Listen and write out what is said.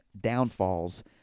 downfalls